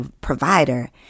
provider